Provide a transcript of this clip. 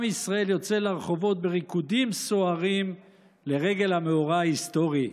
עם ישראל יוצא לרחובות בריקודים סוערים לרגל המאורע ההיסטורי,